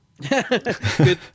Good